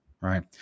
Right